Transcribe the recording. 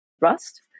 Rust